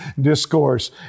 discourse